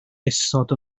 isod